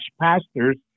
pastors